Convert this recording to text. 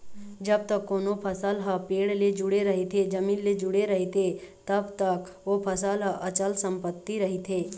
जब तक कोनो फसल ह पेड़ ले जुड़े रहिथे, जमीन ले जुड़े रहिथे तब तक ओ फसल ह अंचल संपत्ति रहिथे